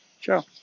Ciao